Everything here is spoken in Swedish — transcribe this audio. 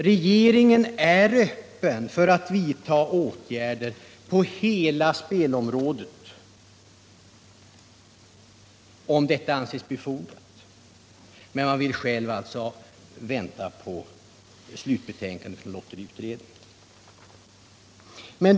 Regeringen är beredd att vidta åtgärder på hela spelområdet, om detta anses befogat, men den vill vänta på lotteriutredningens slutbetänkande.